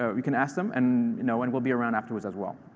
ah you can ask them. and you know and we'll be around afterwards as well.